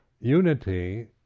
unity